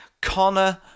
Connor